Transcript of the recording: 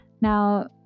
Now